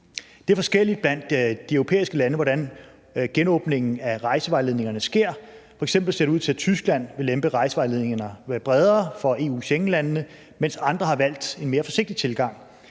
Det er forskelligt blandt de europæiske lande, hvordan genåbningen af rejsevejledningerne sker. F.eks. ser det ud til, at Tyskland vil lempe rejsevejledningerne lidt bredere for EU- og Schengenlandene, mens andre har valgt en mere forsigtig tilgang.